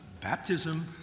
Baptism